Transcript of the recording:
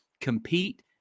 compete